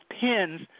pins